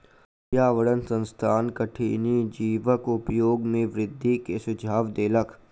पर्यावरण संस्थान कठिनी जीवक उपयोग में वृद्धि के सुझाव देलक